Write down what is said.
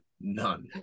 none